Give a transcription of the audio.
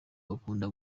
bakunda